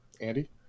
Andy